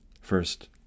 First